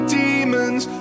demons